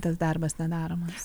tas darbas nedaromas